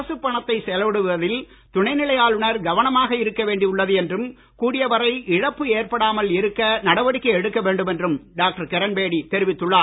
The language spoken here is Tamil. அரசுப் பணத்தை செலவிடுவதில் துணை நிலை ஆளுநர் கவனமாக இருக்க வேண்டி உள்ளது என்றும் கூடிய வரை இழப்பு ஏற்படாமல் இருக்க நடவடிக்கை எடுக்க வேண்டும் என்றும் டாக்டர் கிரண்பேடி தெரிவித்துள்ளார்